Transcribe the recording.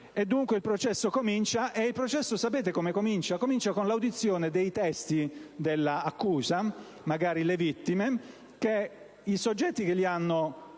Dunque il processo comincia, e sapete come? Con l'audizione dei testi dell'accusa, magari le vittime, che i soggetti che le hanno